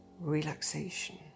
relaxation